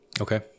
Okay